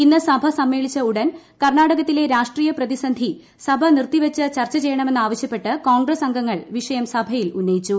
ഇന്ന് സഭ സമ്മേളിച്ച ഉടൻ കർണാടകത്തിലെ രാഷ്ട്രീയ പ്രതിസന്ധി സഭ നിർത്തിവച്ച് ചർച്ച ചെയ്യണമെന്നാവശ്യപ്പെട്ട് കോൺഗ്രസ് അംഗങ്ങൾ വിഷയം സഭയിൽ ഉന്നയിച്ചു